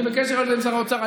אני בקשר עם שר האוצר.